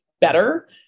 better